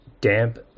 damp